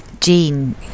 Jean